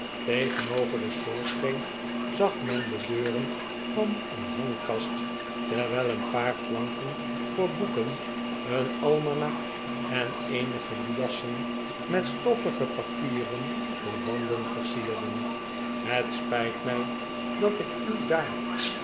tegenover den schoorsteen zag men de deuren van een hangkast terwijl een paar planken voor boeken een almanak en eenige liassen met stoffige papieren de wanden versierden het spijt mij dat ik u daar